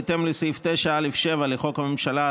בהתאם לסעיף 9(א)(7) לחוק הממשלה,